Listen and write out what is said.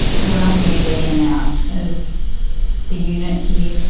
it allows me to get in and out of the unit here.